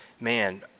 man